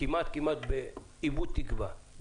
כמעט באיבוד תקווה,